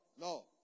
no